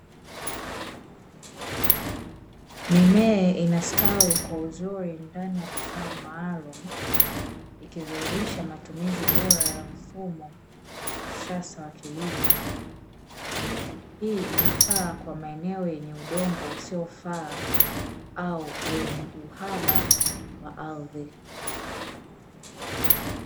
Mimea inastawi kwa uzuri ndani ya vifaa maalumu, ikidhihirisha matumizi bora ya mfumo wa kisasa wa kilimo, hii inafaa kwa maeneo yenye udongo usiofaa au wenye uhaba wa ardhi.